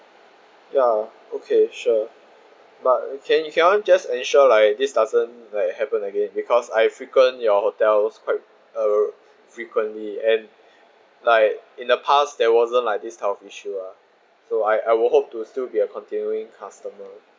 ya okay sure but can can uh just ensure like this doesn't like happen again because I frequent your hotel quite uh frequently and like in the past there wasn't like this type of issue ah so I I will hope to still be your continuing customer